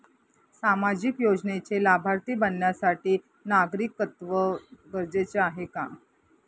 सामाजिक योजनेचे लाभार्थी बनण्यासाठी नागरिकत्व गरजेचे आहे का?